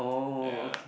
ya